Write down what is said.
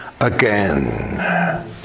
again